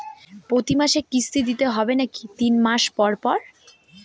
প্রতিমাসে কিস্তি দিতে হবে নাকি তিন মাস পর পর?